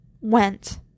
went